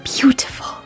beautiful